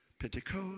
Pentecost